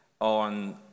on